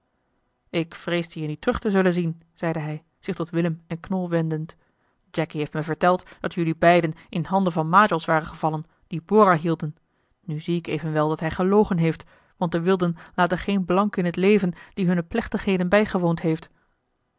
ik vreesde je niet terug te zullen zien zeide hij zich tot willem en knol wendend jacky heeft me verteld dat jullie beiden in handen van majols waren gevallen die bora hielden nu zie ik eli heimans willem roda evenwel dat hij gelogen heeft want de wilden laten geen blanke in het leven die hunne plechtigheden bijgewoond heeft